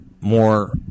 more